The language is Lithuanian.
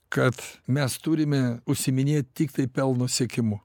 kad mes turime užsiiminėt tiktai pelno siekimu